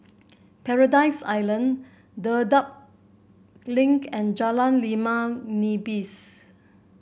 Paradise Island Dedap Link and Jalan Limau Nipis